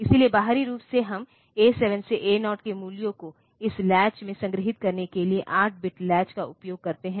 इसलिए बाहरी रूप से हम A7 से A0 के मूल्यों को इस लैच में संग्रहीत करने के लिए 8 बिट लैच का उपयोग करते हैं